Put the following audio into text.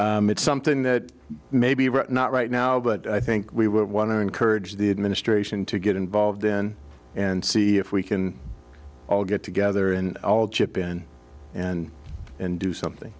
it's something that maybe not right now but i think we would want to encourage the administration to get involved in and see if we can all get together and i'll chip in and do something